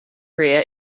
korea